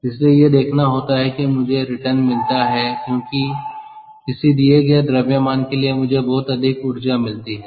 इसलिए यह देखना होता है कि मुझे रिटर्न मिलता है क्योंकि किसी दिए गए द्रव्यमान के लिए मुझे बहुत अधिक ऊर्जा मिलती है